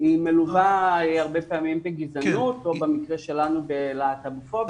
היא מלווה הרבה פעמים בגזענות או במקרה שלנו בלהטובופוביה,